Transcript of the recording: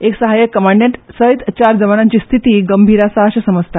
एक सहायक कमांडेंट सयत चार जवानांची स्थिति गंभीर आसा असे समजता